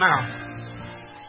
now